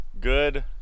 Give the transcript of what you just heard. good